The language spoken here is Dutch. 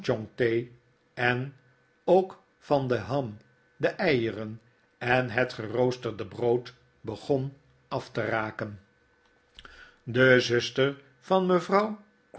en ook van de ham de eieren en het gerooste brood begon af te raken de zuster van mevrouw